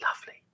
lovely